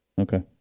Okay